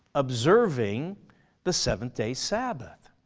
observing the seventh day sabbath.